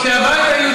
כמו ליברמן,